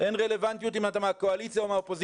אין רלוונטיות אם אתה מהקואליציה או מהאופוזיציה